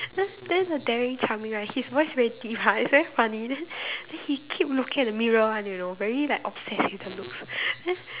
then then the daring charming right his voice very deep ah it's very funny then then he keep looking at the mirror one you know very like obsessed with the looks then